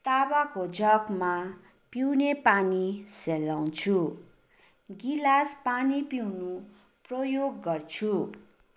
ताँबाको जगमा पिउने पानी सेलाउँछु गिलास पानी पिउनु प्रयोग गर्छु